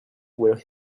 were